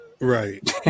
Right